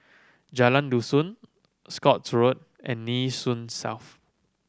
Jalan Dusun Scotts Road and Nee Soon South